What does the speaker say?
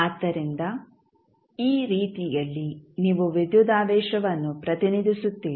ಆದ್ದರಿಂದ ಈ ರೀತಿಯಲ್ಲಿ ನೀವು ವಿದ್ಯುದಾವೇಶವನ್ನು ಪ್ರತಿನಿಧಿಸುತ್ತೀರಿ